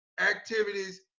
activities